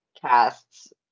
casts